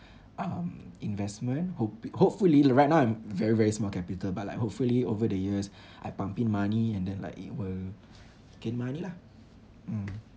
um investment hop~ hopefully right now I'm very very small capital but like hopefully over the years I pump in money and then like it will gain money lah mm